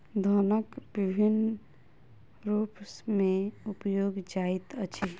धनक विभिन्न रूप में उपयोग जाइत अछि